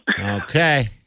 Okay